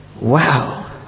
wow